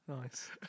nice